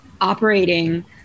operating